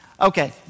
Okay